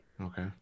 Okay